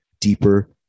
deeper